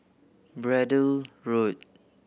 Braddell Road